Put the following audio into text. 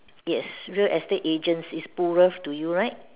yes real estate agent is poorest to you right